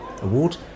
Award